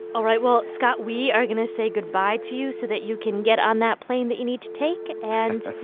all right. well, scott, we are going to say goodbye to you so that you can get on that plane that you need to take. and.